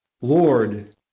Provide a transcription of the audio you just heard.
Lord